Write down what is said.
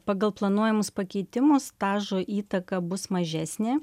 pagal planuojamus pakeitimus stažo įtaka bus mažesnė